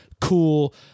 Cool